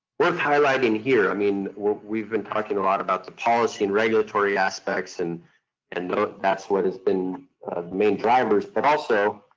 worth highlighting here i mean, we've been talking a lot about the policy and regulatory aspects and and that's what has been the main drivers, but also